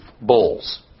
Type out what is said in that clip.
bulls